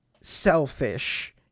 selfish